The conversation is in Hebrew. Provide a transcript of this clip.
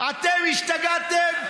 אתם השתגעתם?